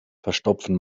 verstopfen